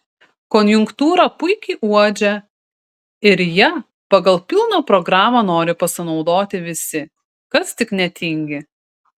konjunktūrą puikiai uodžia ir ja pagal pilną programą nori pasinaudoti visi kas tik netingi